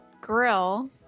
Grill